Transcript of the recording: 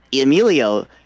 Emilio